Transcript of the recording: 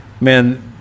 man